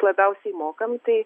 labiausiai mokam tai